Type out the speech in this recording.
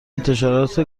انتشارات